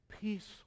peace